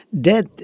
Death